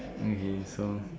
okay so